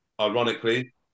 ironically